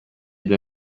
due